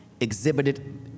exhibited